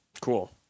Cool